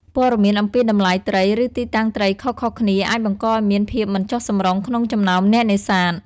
ព័ត៌មានអំពីតម្លៃត្រី ឬទីតាំងត្រីខុសៗគ្នាអាចបង្កឱ្យមានភាពមិនចុះសម្រុងក្នុងចំណោមអ្នកនេសាទ។